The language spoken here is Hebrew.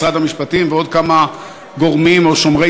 משרד המשפטים ועוד כמה גורמים או שומרי